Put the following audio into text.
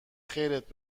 خیرت